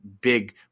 big